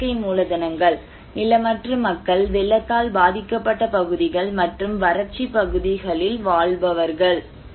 மற்றும் இயற்கை மூலதனங்கள் நிலமற்ற மக்கள் வெள்ளத்தால் பாதிக்கப்பட்ட பகுதிகள் மற்றும் வறட்சி பகுதிகளில் வாழ்பவர்கள்